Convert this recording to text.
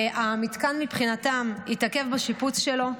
המתקן, מבחינתם, התעכב בשיפוץ שלו,